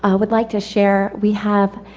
ah would like to share. we have,